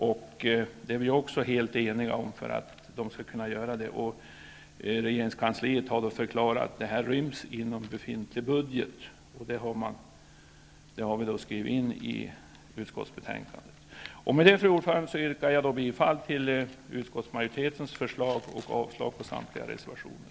Utskottet är helt enigt om detta. Regeringskansliet har förklarat att detta ryms inom befintlig budget, vilket också framgår i utskottsbetänkandet. Fru talman! Jag yrkar bifall till utskottsmajoritetens förslag och avslag på samtliga reservationer.